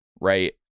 right